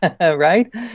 right